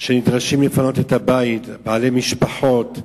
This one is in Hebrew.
שנדרשים לפנות את הבית, בעלי משפחות.